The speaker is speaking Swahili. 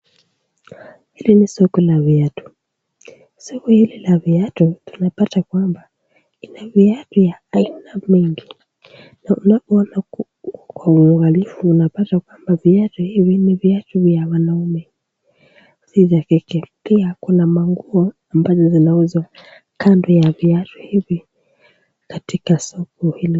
Hili ni soko la viatu, soko hili la viatu tunapata kwamba ina viatu ya aina mingi, unapoona kwa uangalifu unapata viatu hivi ni viatu vya wanaume, si vya kike. Pia kuna manguo ambazo zinauzwa kando ya viatu hivi katika soko hili.